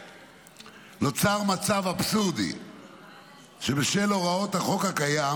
נוצר מצב אבסורדי שבשל הוראות החוק הקיים,